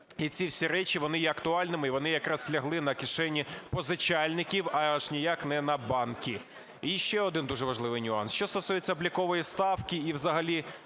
І ці всі речі, вони є актуальними. І вони якраз лягли на кишені позичальників і аж ніяк не на банки. І ще один дуже важливий нюанс: що стосується облікової ставки і взагалі